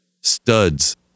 studs